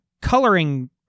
coloring